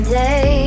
day